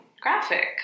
graphic